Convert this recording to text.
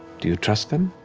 do you trust them?